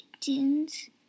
kittens